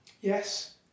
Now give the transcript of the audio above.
Yes